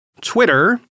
Twitter